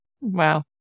wow